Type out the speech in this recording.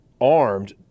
armed